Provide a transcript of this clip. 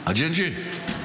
הג'ינג'י?